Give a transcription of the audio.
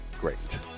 great